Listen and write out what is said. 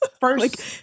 First